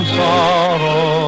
sorrow